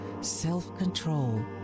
self-control